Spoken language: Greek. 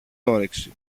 όρεξη